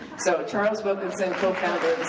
so charles wilkinson cofounded